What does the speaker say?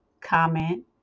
Comment